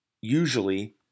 usually